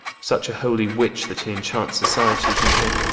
such a holy witch that he enchants societies into him,